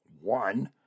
One